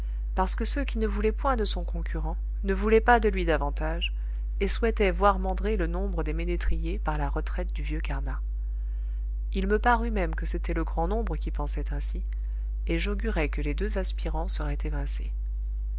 parce que ceux qui ne voulaient point de son concurrent ne voulaient pas de lui davantage et souhaitaient voir mandrer le nombre des ménétriers par la retraite du vieux carnat il me parut même que c'était le grand nombre qui pensait ainsi et j'augurai que les deux aspirants seraient évincés